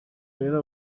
rero